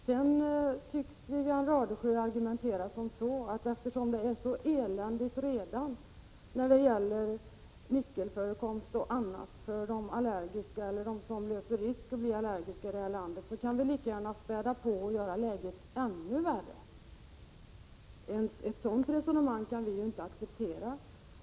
Sedan tycks Wivi-Anne Radesjö argumentera som så, att eftersom det redan är så eländigt i fråga om nickelförekomst osv. för dem som är eller löper risk att bli allergiska, kan vi lika gärna späda på och göra läget ännu värre! Ett sådant resonemang kan vi inte acceptera.